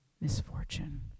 misfortune